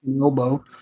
elbow